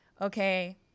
okay